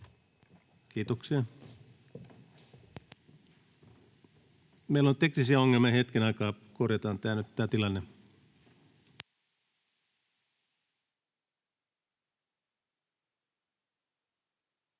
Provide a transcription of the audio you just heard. Kiitoksia. — Meillä on teknisiä ongelmia. Hetken aikaa korjataan nyt tätä tilannetta.